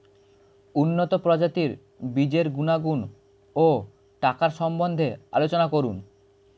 উন্নত প্রজাতির বীজের গুণাগুণ ও টাকার সম্বন্ধে আলোচনা করুন